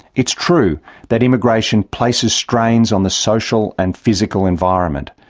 it's true that immigration places strains on the social and physical environment.